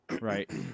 Right